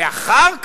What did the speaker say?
אחר כך,